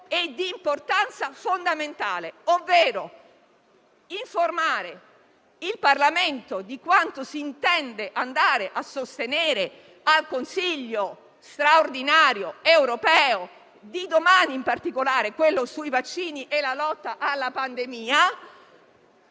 e di importanza fondamentale: è opportuno informare il Parlamento di quanto si intende andare a sostenere al Consiglio straordinario europeo di domani, in particolare quello sui vaccini e la lotta alla pandemia,